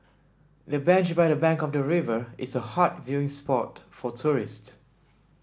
the bench by the bank of the river is a hot viewing spot for tourists